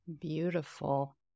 Beautiful